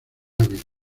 ávila